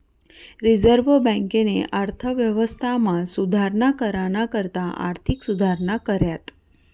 reserve बँकेनी अर्थव्यवस्थामा सुधारणा कराना करता आर्थिक सुधारणा कऱ्यात